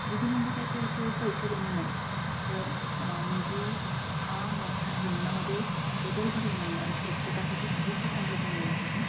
निधी म्हणजे काही पे केवळ पैसे देणं नाही तर निधी हा मोठा जीवनामध्ये बदल घडवून आणणं आणि प्रत्येकासाठी भविष्य चांगले बनवण्यासाठी